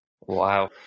Wow